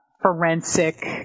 forensic